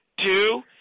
Two